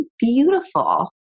beautiful